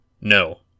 No